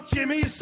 Jimmy